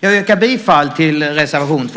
Jag yrkar bifall till reservation 2.